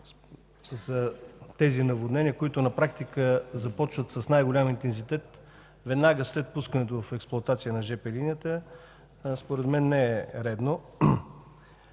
за тези наводнения, които на практика започват с най-голям интензитет веднага след пускането в експлоатация на жп линията, според мен не е редно.